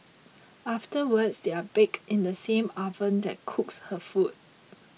afterwards they are baked in the same oven that cooks her food